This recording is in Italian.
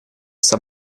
sta